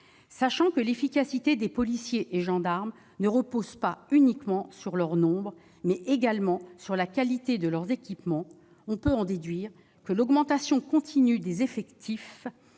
Sachant que l'efficacité des policiers et gendarmes repose non pas uniquement sur leur nombre, mais également sur la qualité de leur équipement, on peut en déduire que l'augmentation continue des effectifs,